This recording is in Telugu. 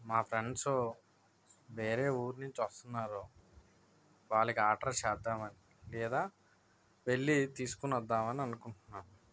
మా ఫ్రెండ్స్ వేరే ఊరు నుంచి వస్తున్నారు వాళ్ళకి ఆర్డర్ చేద్దామని లేదా వెళ్ళి తీసుకుని వద్దామని అనుకుంటున్నాను